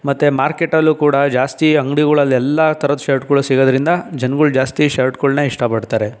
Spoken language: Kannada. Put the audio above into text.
ಮತ್ತೆ ಮಾರ್ಕೆಟಲ್ಲೂ ಕೂಡ ಜಾಸ್ತಿ ಅಂಗಡಿಗಳಲ್ಲಿ ಎಲ್ಲ ಥರದ ಶರ್ಟ್ಗಳು ಸಿಗೋದ್ರಿಂದ ಜನಗಳು ಜಾಸ್ತಿ ಶರ್ಟ್ಗಳನ್ನ ಇಷ್ಟಪಡ್ತಾರೆ